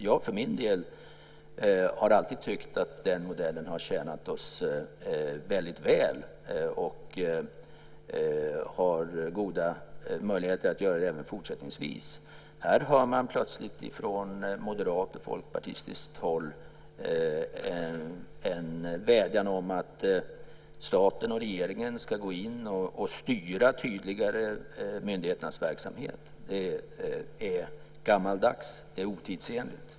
Jag har för min del alltid tyckt att den modellen har tjänat oss väldigt väl och har goda möjligheter att göra det även fortsättningsvis. Här hör man plötsligt från moderat och folkpartistiskt håll en vädjan om att staten och regeringen ska gå in och tydligare styra myndigheternas verksamhet. Det är gammaldags. Det är otidsenligt.